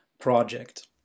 project